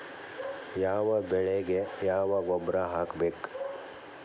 ಯಾವ ಬೆಳಿಗೆ ಯಾವ ಗೊಬ್ಬರ ಹಾಕ್ಬೇಕ್?